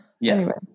yes